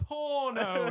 Porno